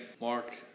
Mark